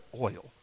oil